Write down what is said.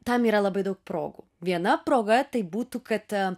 tam yra labai daug progų viena proga tai būtų kad